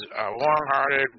long-hearted